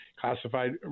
classified